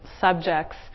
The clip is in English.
subjects